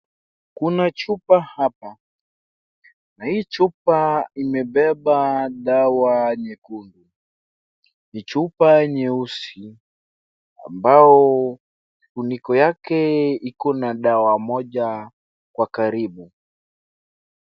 Kuna chupa hapa na hii chupa imebeba dawa nyekundu ni chupa nyeusi ambayo funiko yake iko na dawa moja kwa karibu.